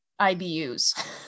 IBUs